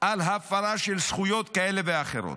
על הפרה של זכויות כאלה ואחרות.